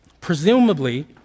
Presumably